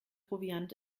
proviant